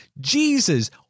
Jesus